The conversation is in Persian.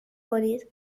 کنید